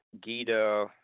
Gita